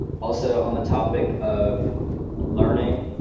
also on the topic of learning,